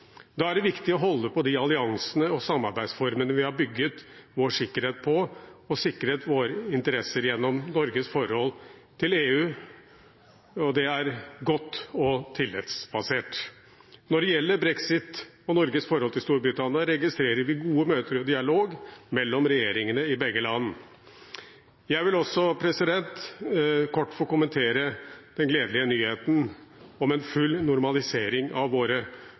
Da er det viktig å holde på de alliansene og samarbeidsformene vi har bygget vår sikkerhet på og sikret våre interesser gjennom. Norges forhold til EU er godt og tillitsbasert. Når det gjelder brexit og Norges forhold til Storbritannia, registrerer vi gode møter og dialog mellom regjeringene i begge land. Jeg vil også kort få kommentere den gledelige nyheten om en full normalisering av våre